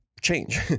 change